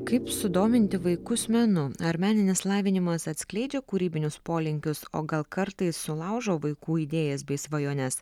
kaip sudominti vaikus menu ar meninis lavinimas atskleidžia kūrybinius polinkius o gal kartais sulaužo vaikų idėjas bei svajones